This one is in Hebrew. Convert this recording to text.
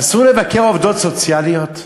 אסור לבקר עובדות סוציאליות?